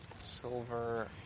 Silver